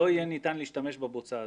לא יהיה ניתן להשתמש בבוצה הזאת.